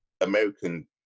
American